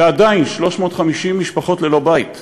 ועדיין 350 משפחות ללא בית,